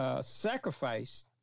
sacrifice